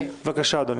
בבקשה, אדוני.